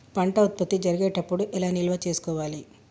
పంట ఉత్పత్తి జరిగేటప్పుడు ఎలా నిల్వ చేసుకోవాలి?